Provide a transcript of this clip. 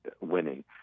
winning